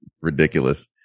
Ridiculous